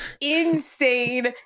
insane